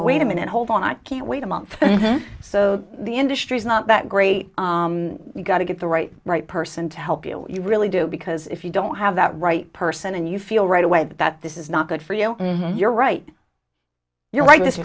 wait a minute hold on i can't wait a month so the industry is not that great you got to get the right right person to help you really do because if you don't have that right person and you feel right away that this is not good for you you're right you